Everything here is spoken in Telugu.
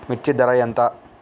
మిర్చి ధర ఎంత?